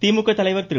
திமுக தலைவர் திரு